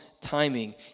timing